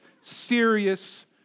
serious